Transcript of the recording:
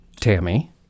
Tammy